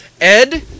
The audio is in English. Ed